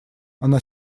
она